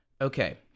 Okay